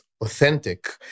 authentic